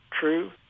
true